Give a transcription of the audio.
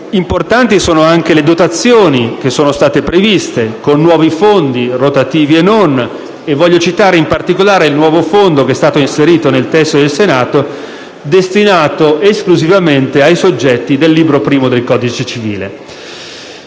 importanti sono anche le dotazioni previste, con nuovi fondi, rotativi e non. E voglio citare in particolare il nuovo fondo, inserito nel testo del Senato, destinato esclusivamente ai soggetti del libro I del codice civile.